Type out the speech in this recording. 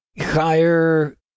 higher